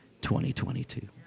2022